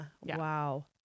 wow